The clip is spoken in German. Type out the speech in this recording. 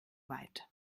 weit